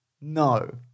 No